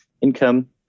income